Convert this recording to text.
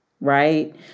Right